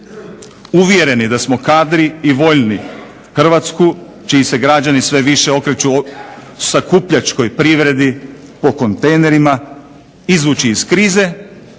Uvjereni da smo kadri i voljni Hrvatsku čiji se građani sve više okreću sakupljačkoj privredi po kontejnerima izvući iz krize